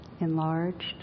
enlarged